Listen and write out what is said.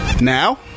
Now